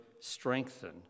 strengthen